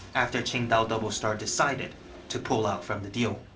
after qingdao doublestar decided to pull out from the deal.